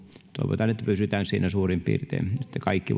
toivotaan että pysytään siinä suurin piirtein että kaikki